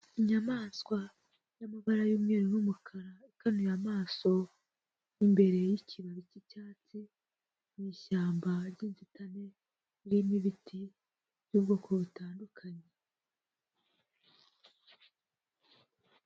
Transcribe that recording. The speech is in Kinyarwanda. Inyamaswa y'amabara y’umweru n’umukara, ikanuye amaso imbere y’ikibabi cy’icyatsi, mu ishyamba ry'inzitane ririmo ibiti by’ubwoko butandukanye.